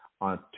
on